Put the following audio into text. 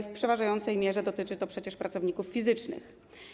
W przeważającej mierze dotyczy to przecież pracowników fizycznych.